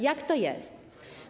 Jak to jest?